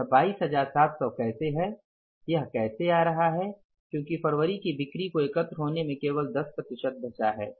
यह 22700 कैसे है यह कैसे आ रहा है क्योंकि फरवरी की बिक्री को एकत्र होने में केवल 10 प्रतिशत बचा है